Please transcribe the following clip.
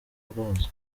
bwazo